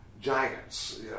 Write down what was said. giants